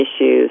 issues